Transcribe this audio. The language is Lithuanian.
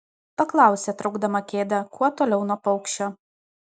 paklausė traukdama kėdę kuo toliau nuo paukščio